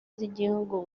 z’igihugu